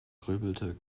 grübelte